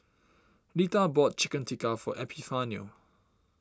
Letha bought Chicken Tikka for Epifanio